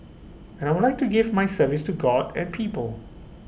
and I would like to give my service to God and people